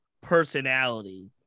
personality